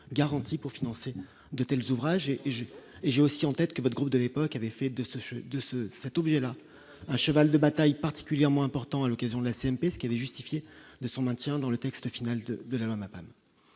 garanties pour financer de tels ouvrages et j'ai, j'ai aussi en tête que votre groupe de l'époque avait fait de ce sujet de cet objet-là un cheval de bataille particulièrement important à l'occasion de la CNP, ce qui avait justifié de son maintien dans le texte final de de la madame